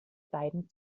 beiden